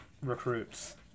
recruits